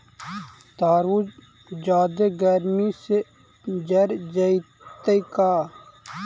तारबुज जादे गर्मी से जर जितै का?